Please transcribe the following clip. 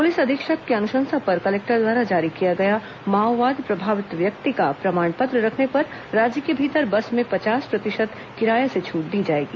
police अधीक्षक की अनुशंसा पर कलेक्टर द्वारा जारी किया गया माओवाद प्रभावित व्यक्ति का प्रमाण पत्र रखने पर राज्य के भीतर बस में पचास प्रतिशत किराया से छूट दी जाएगी